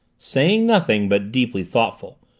saying nothing, but deeply thoughtful,